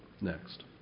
next